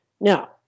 now